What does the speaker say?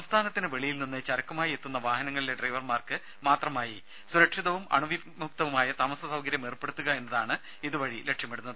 സംസ്ഥാനത്തിന് വെളിയിൽ നിന്ന് ചരക്കുമായി എത്തുന്ന വാഹനങ്ങളിലെ ഡ്രൈവർമാർക്ക് മാത്രമായി സുരക്ഷിതവും അണുവിമുക്തവുമായ താമസസൌകര്യം ഏർപ്പെടുത്തുക എന്നതാണ് ഇതുവഴി ലക്ഷ്യമിടുന്നത്